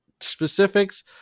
specifics